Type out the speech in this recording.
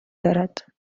دارد